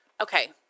okay